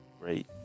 Great